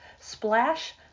Splash